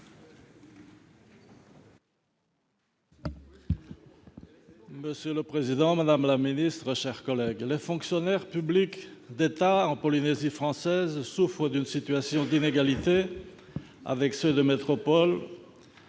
Monsieur le président, madame la ministre, chers collègues, les agents publics de l'État en Polynésie française souffrent d'une situation d'inégalité avec ceux de métropole